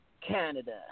Canada